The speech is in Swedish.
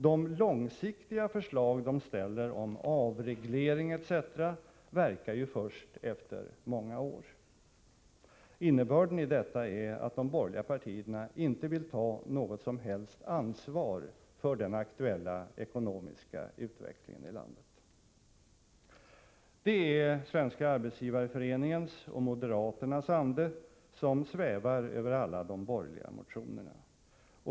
De långsiktiga förslag de ställer om avreglering etc. verkar ju först efter många år. Innebörden i detta är att de borgerliga partierna inte vill ta något som helst ansvar för den aktuella ekonomiska utvecklingen i landet. Det är Svenska arbetsgivareföreningens och moderaternas ande som svävar över alla de borgerliga motionerna.